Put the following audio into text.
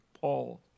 Paul